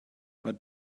but